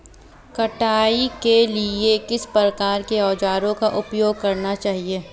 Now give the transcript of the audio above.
कटाई के लिए किस प्रकार के औज़ारों का उपयोग करना चाहिए?